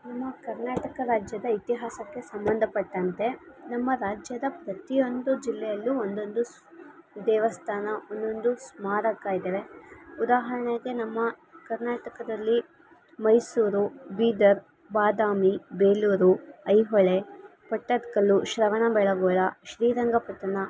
ನಮ್ಮ ಕರ್ನಾಟಕ ರಾಜ್ಯದ ಇತಿಹಾಸಕ್ಕೆ ಸಂಬಂಧಪಟ್ಟಂತೆ ನಮ್ಮ ರಾಜ್ಯದ ಪ್ರತಿಯೊಂದು ಜಿಲ್ಲೆಯಲ್ಲೂ ಒಂದೊಂದು ಸ್ ದೇವಸ್ಥಾನ ಒನ್ನೊಂದು ಸ್ಮಾರಕ ಇದವೆ ಉದಾಹರಣೆಗೆ ನಮ್ಮ ಕರ್ನಾಟಕದಲ್ಲಿ ಮೈಸೂರು ಬೀದರ್ ಬಾದಾಮಿ ಬೇಲೂರು ಐಹೊಳೆ ಪಟ್ಟದಕಲ್ಲು ಶ್ರವಣ ಬೆಳಗೊಳ ಶ್ರೀರಂಗಪಟ್ಟಣ